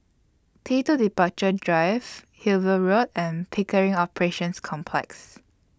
T two Departure Drive Hillview Road and Pickering Operations Complex